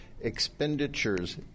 expenditures